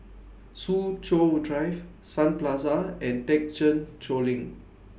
Soo Chow Drive Sun Plaza and Thekchen Choling